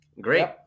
Great